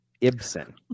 Ibsen